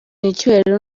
icyubahiro